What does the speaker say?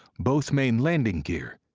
both main landing gear,